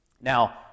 Now